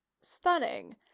stunning